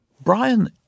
Brian